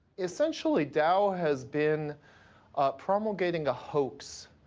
essentially, dow has been promulgating a hoax